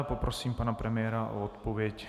Poprosím pana premiéra o odpověď.